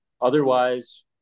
Otherwise